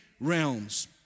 realms